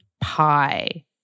pie